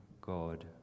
God